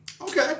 Okay